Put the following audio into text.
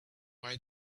why